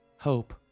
Hope